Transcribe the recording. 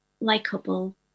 likable